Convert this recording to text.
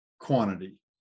quantity